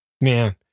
Man